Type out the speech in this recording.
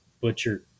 butcher